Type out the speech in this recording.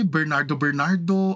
Bernardo-Bernardo